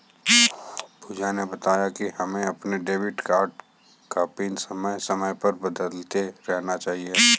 पूजा ने बताया कि हमें अपने डेबिट कार्ड का पिन समय समय पर बदलते रहना चाहिए